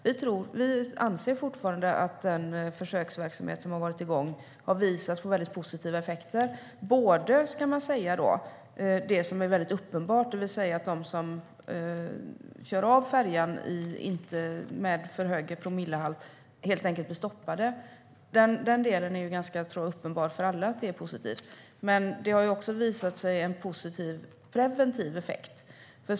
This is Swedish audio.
Vi anser fortfarande att den försöksverksamhet som har varit igång har visat på mycket positiva effekter. Det handlar bland annat om det som är mycket uppenbart, det vill säga att de som kör av färjan med för hög promillehalt helt enkelt blir stoppade. Det är ganska uppenbart för alla att den delen är positiv. Men även en positiv preventiv effekt har visat sig.